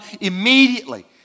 immediately